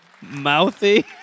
Mouthy